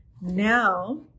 Now